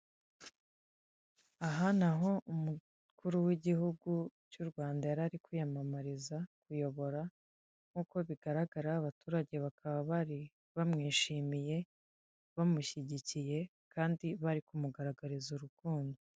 Aha ni aho umukuru w'igihugu cy'u Rwanda yari ari kwiyamamariza kuyobora, nk'uko bigaragara abaturage bakaba bari bamwishimiye, bamushyigikiye kandi bari kumugaragariza urukundo.